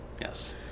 yes